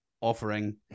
offering